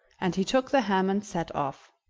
and he took the ham and set off.